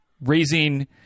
raising